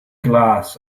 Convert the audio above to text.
glass